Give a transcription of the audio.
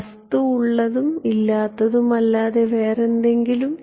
വസ്തു ഉള്ളതും ഇല്ലാത്തതും അല്ലാതെ വേറെ എന്തെങ്കിലും